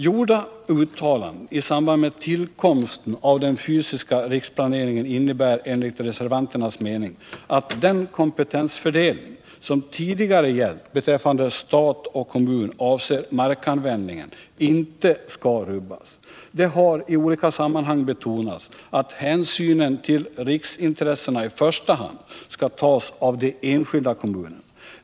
Gjorda uttalanden i samband med tillkomsten av den fysiska riksplaneringen innebär enligt reservanternas mening att den kompetensfördelning, som tidigare gällt beträffande stat och kommun vad avser markanvändningen, inte skall rubbas. Det har i olika sammanhang betonats att hänsynen till riksintressena i första hand skall tas av de enskilda kommunerna.